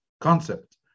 concept